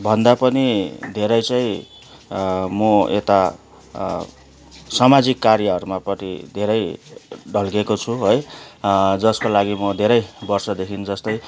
भन्दा पनि धेरै चाहिँ म यता सामाजिक कार्यहरूमापट्टि धेरै ढल्किएको छु है जस्को लागि म धेरै वर्षदेखि जस्तै